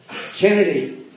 Kennedy